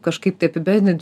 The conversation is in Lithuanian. kažkaip tai apibendrint